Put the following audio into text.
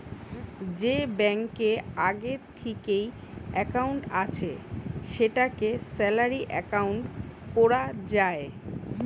যে ব্যাংকে আগে থিকেই একাউন্ট আছে সেটাকে স্যালারি একাউন্ট কোরা যায়